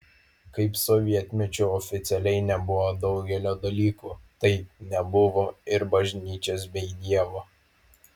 kaip sovietmečiu oficialiai nebuvo daugelio dalykų taip nebuvo ir bažnyčios bei dievo